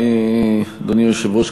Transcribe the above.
אדוני היושב-ראש,